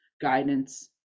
guidance